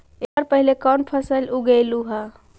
एकड़ पहले कौन फसल उगएलू हा?